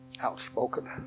outspoken